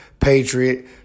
patriot